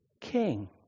king